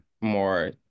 more